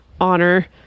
honor